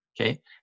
Okay